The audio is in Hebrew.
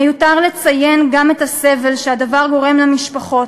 מיותר לציין גם את הסבל שהדבר גורם למשפחות,